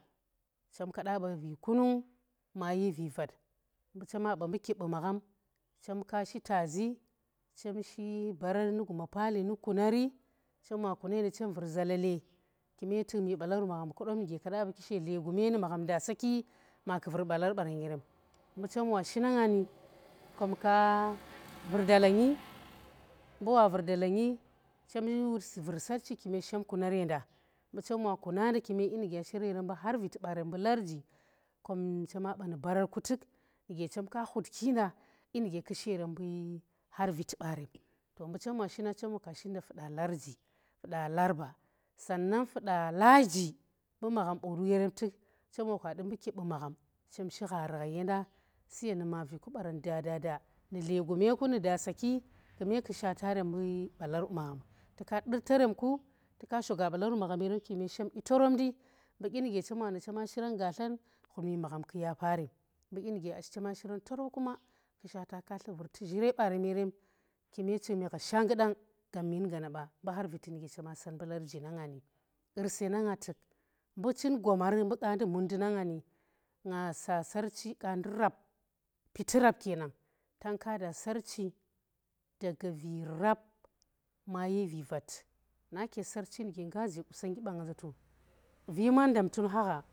Chem ka da ba ri kunung ma yi vi vat mbu chema ba mbu kib bu magham chem ka shi taazi, chem shi barari nu guma paali nu kunari mbu chem wa kuna yenda chem vur zolala kuma tukmi bolar bu magham kedam nyemaka da baaki she dle gume nu magham da saki maku vur balar baran yerem. mbu chem wa shi na nga ni kona ka vur dalangi, mbu wa vur dalangi chem yi wut vur saarchi kune shem kunar yenda mbu chem wa kuna nda kune dyi nu gya shiran yeren mbu har viti baren mbu larji kom chem wa shi nang chem wa ka shi nda fude larji fuda larba sannan fuda laji mbu magham bu wut yerem tuk chem shi ghari ghai yenda su yen nu maavi kubaran da da da nu dle gume ku nu dasa li kune ku shwata rem mbu balar bu magham. tu ka duk terem ku tu ka shoga balar bu magham kume shem dyi torop ndi, mbu dyi nu ge chem waa na chema shiran gatlan gune magham ku yafa rem, mbu dyi nuge ashi choma shiran torop kuma ku shata ketli vurti zhire barem yerem kume ching mi gha shannggu dang, gabmin gona ba mbu har viti nuge chema chingmi gha shanngggudang gabmin gona ba mbu har viti nuge chema san ba mbu har viti nuge chema san mbu larji na nga ni. Qurse na nga tuk mbu chin gonar mbu qaandi mut ndi nanga ni, nga sa saarchi qaandi rap piti rap kenan tang ka da sarchi virap mayi vi rat naa ke sarchi nuge nga ze qusonnggi bang nga za to viman dam tun ha gha.